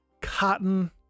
cotton